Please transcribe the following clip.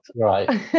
right